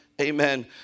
Amen